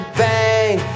bang